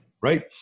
right